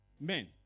men